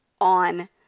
on